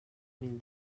mil